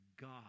God